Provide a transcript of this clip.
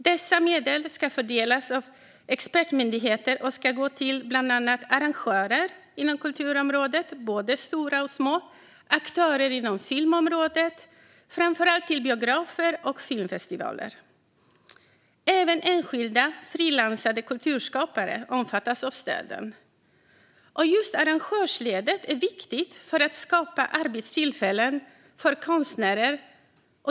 Dessa medel ska fördelas av expertmyndigheter och ska gå till bland andra arrangörer inom kulturområdet, både stora och små, och aktörer inom filmområdet, framför allt till biografer och filmfestivaler. Även enskilda frilansande kulturskapare omfattas av stöden. Just arrangörsledet är viktigt för att skapa arbetstillfällen för konstnärer.